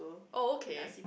oh okay